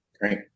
Great